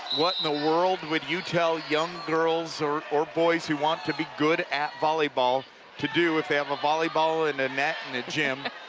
what in the world would you tell young girls or or boys who want to be good at volleyball to do if they have a volleyball inand a netand a gym